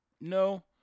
No